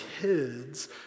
kids